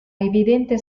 evidente